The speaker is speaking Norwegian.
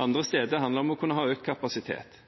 Andre steder handler det om økt kapasitet.